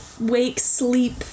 wake-sleep